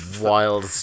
wild